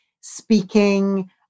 speaking